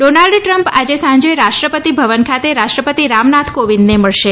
Donald Trump આજે સાંજે રાષ્ટ્રપતિભવન ખાતે રાષ્ટ્રપતિ રામનાથ કોવિંદને મળશે